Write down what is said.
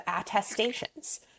attestations